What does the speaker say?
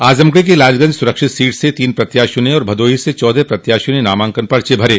आजमगढ़ की लालगंज सुरक्षित सीट से तोन प्रत्याशियों ने और भदोही से चौदह प्रत्याशियों ने नामांकन पर्चे भरे